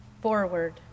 forward